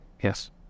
yes